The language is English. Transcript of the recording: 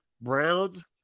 Browns